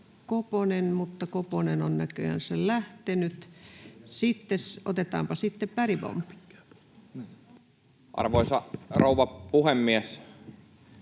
mutta Koponen on näköjänsä lähtenyt. — Otetaanpa sitten Bergbom. Arvoisa rouva puhemies!